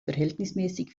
verhältnismäßig